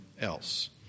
else